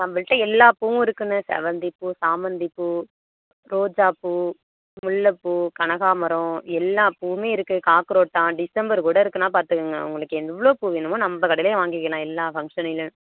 நம்பள்கிட்ட எல்லா பூவும் இருக்குதுண்ணே செவ்வந்தி பூ சாமந்தி பூ ரோஜாப்பூ முல்லைப்பூ கனகாம்பரம் எல்லா பூவுமே இருக்குது காக்ரோட்டான் டிசம்பர் கூட இருக்குதுன்னா பார்த்துக்குங்க உங்களுக்கு எவ்வளோ பூ வேணுமோ நம்ப கடையில் வாங்கிக்கலாம் எல்லா ஃபங்க்ஷனிலும்